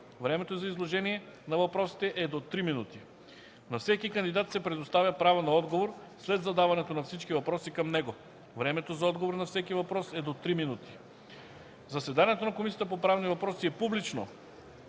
Времето за изложение на въпросите е до 3 минути. На всеки кандидат се предоставя право на отговор след задаването на всички въпроси към него. Времето за отговор на всеки въпрос е до 3 минути. Заседанието на Комисията по правни въпроси е публично